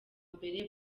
mbere